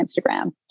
Instagram